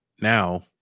now